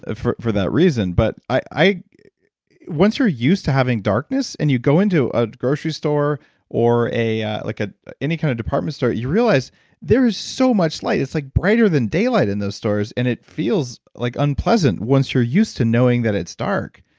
ah for for that reason, but once you're used to having darkness and you go into a grocery store or ah like ah any kind of department store you realize there is so much light. it's like brighter than daylight in those stores and it feels like unpleasant once you're used to knowing that it's dark.